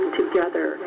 together